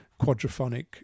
quadraphonic